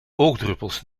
oogdruppels